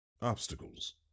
Obstacles